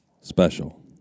special